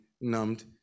numbed